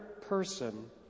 person